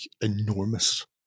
enormous